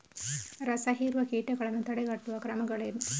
ರಸಹೀರುವ ಕೀಟಗಳನ್ನು ತಡೆಗಟ್ಟುವ ಕ್ರಮಗಳೇನು?